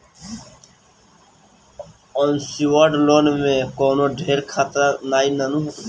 unsecured loan में कवनो ढेर खतरा नाइ होत हवे